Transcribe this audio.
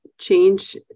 change